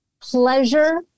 pleasure